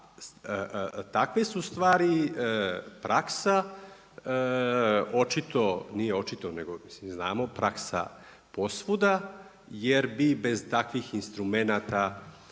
takve su stvari praksa očito, nije očito nego svi znamo, praksa posvuda, jer bi bez takvih instrumenata